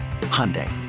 Hyundai